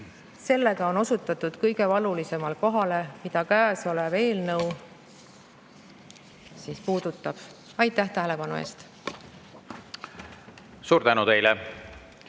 sellega on osutatud kõige valulisemale kohale, mida käesolev eelnõu puudutab. Aitäh tähelepanu eest! Suur tänu teile!